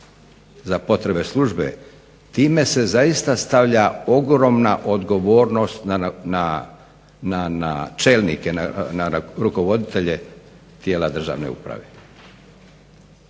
za potrebe službe. Time se zaista stavlja ogromna odgovornost na čelnike, na rukovoditelje tijela državne uprave.